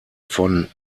von